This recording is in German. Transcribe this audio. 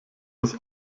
das